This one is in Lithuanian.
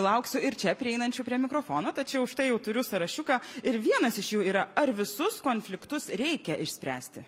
lauksiu ir čia prieinančių prie mikrofono tačiau štai jau turiu sąrašiuką ir vienas iš jų yra ar visus konfliktus reikia išspręsti